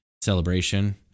Celebration